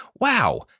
Wow